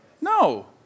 No